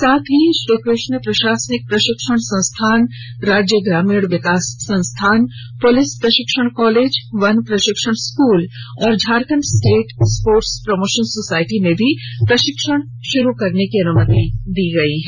साथ ही श्रीकृष्ण प्रशासनिक प्रशिक्षण संस्थान राज्य ग्रामीण विकास संस्थान पुलिस प्रशिक्षण कॉलेज वन प्रशिक्षण स्कूल और Jharkhand state sports promotion society में भी प्रशिक्षण शुरू करने की अनुमति दी गयी है